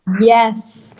yes